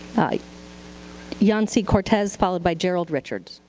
ah yancy cortez followed by gerald richards.